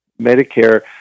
Medicare